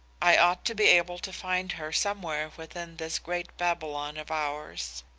i ought to be able to find her somewhere within this great babylon of ours.